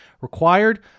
required